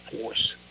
Force